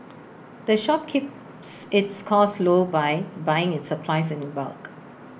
the shop keeps its costs low by buying its supplies in bulk